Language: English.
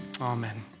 Amen